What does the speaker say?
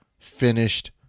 Finished